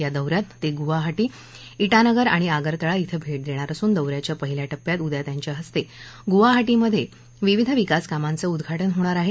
या दौ यात ते गुवाहाटी इटानगर आणि आगरतळा इथं भेट देणार असून दौ याच्या पहिल्या टप्प्यात उद्या त्यांच्या हस्ते गुवाहाटीमधे विविध विकास कामांचं उद्वाटन होणार आहे